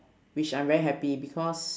which I'm very happy because